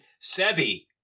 Sebi